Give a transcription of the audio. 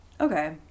Okay